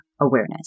awareness